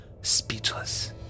speechless